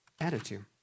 attitude